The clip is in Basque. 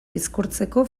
bizkortzeko